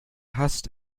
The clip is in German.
hasst